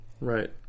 Right